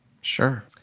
Sure